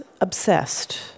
obsessed